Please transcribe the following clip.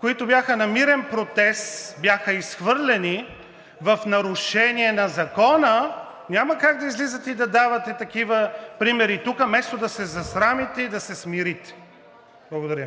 които бяха на мирен протест, бяха изхвърлени в нарушение на закона, няма как да излизате и да давате такива примери тук, вместо да се засрамите и да се смирите! Благодаря.